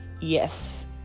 Yes